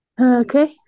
Okay